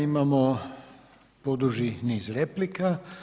Imamo poduži niz replika.